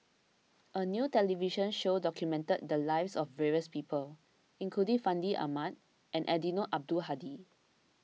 a new television show documented the lives of various people including Fandi Ahmad and Eddino Abdul Hadi